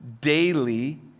daily